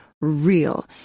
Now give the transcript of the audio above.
real